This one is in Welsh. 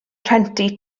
rhentu